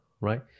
Right